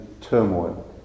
turmoil